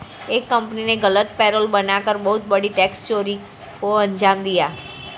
एक कंपनी ने गलत पेरोल बना कर बहुत बड़ी टैक्स चोरी को अंजाम दिया